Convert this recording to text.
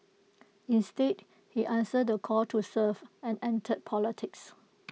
instead he answered the call to serve and entered politics